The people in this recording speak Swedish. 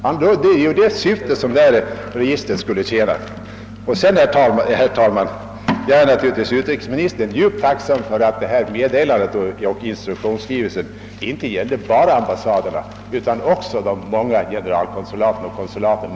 Det är ju det syftet registret bl.a. skulle tjäna. Jag är naturligtvis, herr talman, utrikesministern tacksam för att instruktionsskrivelsen inte gällde bara ambassaderna utan också de många generalkonsulaten och konsulaten.